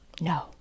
No